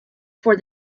for